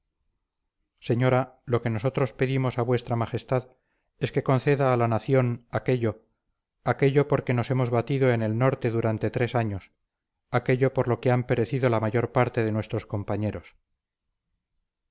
señora lo que nosotros pedimos a vuestra majestad es que conceda a la nación aquello aquello por que nos hemos batido en el norte durante tres años aquello por que han perecido la mayor parte de nuestros compañeros